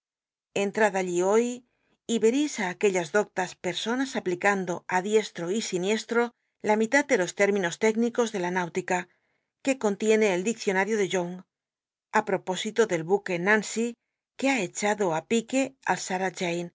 í hoy y vcreis ü aquellas doctas pct sonas aplicando ü dieslt'o y sinicslto la mitad de los téminos técnicos de la nüutica que contiene el diccionario de young i propósito del buque nallc j que ha echado i i ue al